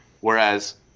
Whereas